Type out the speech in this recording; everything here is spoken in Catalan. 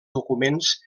documents